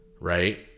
right